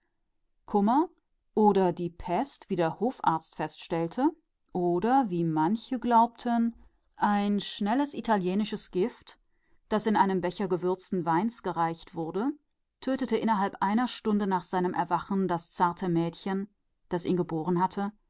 oder die pest wie der hofarzt feststellte oder wie einige behaupteten ein schnelles italienisches gift in einem becher gewürzten weines gereicht tötete schon eine stunde nach ihrem erwachen das weiße mädchen das ihn geboren hatte